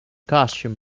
costume